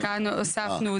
כאן הוספנו,